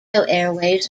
airways